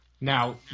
Now